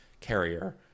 carrier